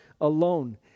alone